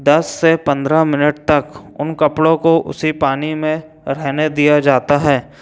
दस से पंद्रह मिनट तक उन कपड़ों को उसी पानी में रहने दिया जाता है